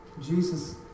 Jesus